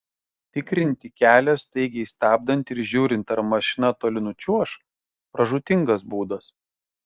tikrinti kelią staigiai stabdant ir žiūrint ar mašina toli nučiuoš pražūtingas būdas